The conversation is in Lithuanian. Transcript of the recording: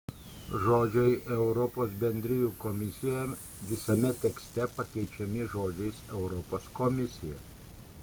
žodžiai europos bendrijų komisija visame tekste pakeičiami žodžiais europos komisija